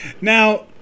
Now